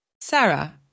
Sarah